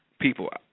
people